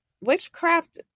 witchcraft